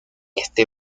este